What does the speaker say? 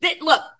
Look